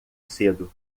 cedo